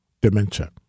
dementia